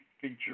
feature